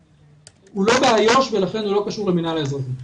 הוא לא באיו"ש ולכן הוא לא קשור למנהל האזרחי.